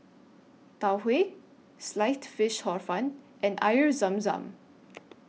Tau Huay Sliced Fish Hor Fun and Air Zam Zam